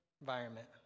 environment